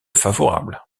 favorables